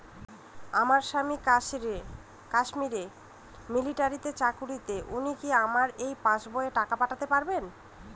আমার স্বামী কাশ্মীরে মিলিটারিতে চাকুরিরত উনি কি আমার এই পাসবইতে টাকা পাঠাতে পারবেন?